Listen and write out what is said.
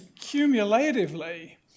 cumulatively